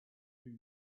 too